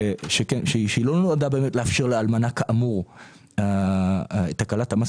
שהיא לא נועדה באמת לאפשר לאלמנה כאמור את הקלת המס